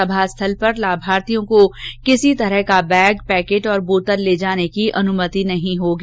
समास्थल पर लाभार्थियों को किसी तरह का बैग पैकेट और बोतल ले जाने की अनुमति नहीं होगी